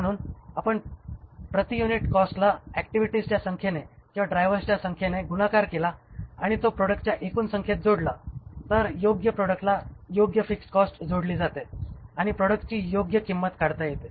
म्हणून आपण जर प्रति युनिट कॉस्टला ऍक्टिव्हिटीजच्या संख्येने किंवा ड्रायव्हर्सच्या संख्येने गुणाकार केला आणि तो प्रॉडक्ट्सच्या एकूण संख्येत जोडली तर योग्य प्रॉडक्टला योग्य फिक्स्ड कॉस्ट जोडली जाते आणि प्रॉडक्टची योग्य किंमत काढता येईल